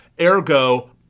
ergo